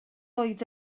oedd